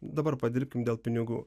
dabar padirbkim dėl pinigų